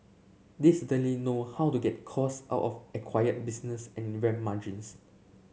they certainly know how to get cost out of acquired business and ramp margins